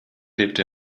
lebte